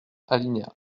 alinéa